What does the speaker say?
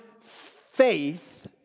faith